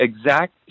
exact